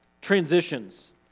transitions